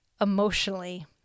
emotionally